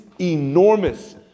enormous